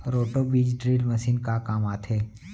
Roto बीज drill machine का काम आथे?